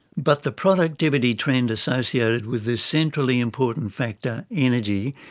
but the productivity trend associated with this centrally important factor, energy,